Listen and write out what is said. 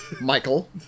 Michael